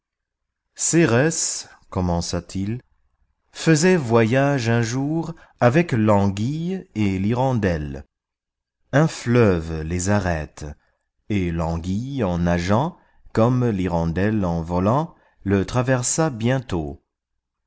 cérès commença-t-il faisait voyage un jour avec l'anguille et l'hirondelle un fleuve les arrête et l'anguille en nageant comme l'hirondelle en volant le traversa bientôt